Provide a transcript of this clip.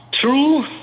true